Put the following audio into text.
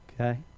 okay